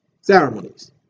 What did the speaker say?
ceremonies